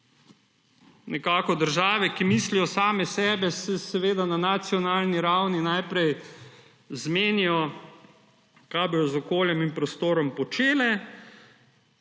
Države, ki mislijo same sebe, se seveda na nacionalni ravni najprej zmenijo, kaj bodo z okoljem in prostorom počele,